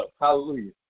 Hallelujah